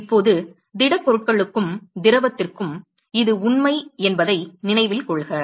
இப்போது திடப்பொருட்களுக்கும் திரவத்திற்கும் இது உண்மை என்பதை நினைவில் கொள்க